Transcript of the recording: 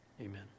amen